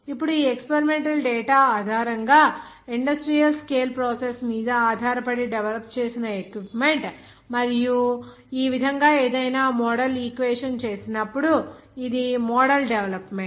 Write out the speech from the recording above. ఇప్పుడు ఈ experimental data ఆధారంగా ఇండస్ట్రియల్ స్కేల్ ప్రాసెస్ మీద ఆధారపడి డెవలప్ చేయవలసిన ఎక్విప్మెంట్ మరియు ఈ విధంగా ఏదైనా మోడల్ ఈక్వేషన్ చేసినప్పుడు ఇది మోడల్ డెవలప్మెంట్